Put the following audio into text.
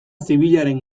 zibilaren